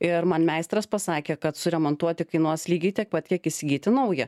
ir man meistras pasakė kad suremontuoti kainuos lygiai tiek pat kiek įsigyti naują